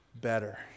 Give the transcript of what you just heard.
Better